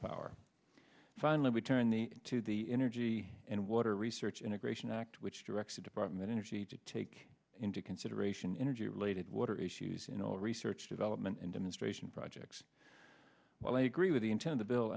power finally we turn the to the energy and water research integration act which directs department energy to take into consideration energy related water issues you know research development and demonstration projects well i agree with the intent of bill